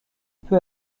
peu